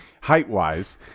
height-wise